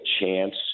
chance